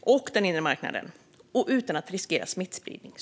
och den inre marknaden samt, såklart, utan att riskera smittspridning.